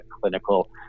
clinical